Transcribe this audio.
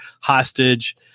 hostage